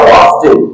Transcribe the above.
often